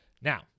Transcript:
Now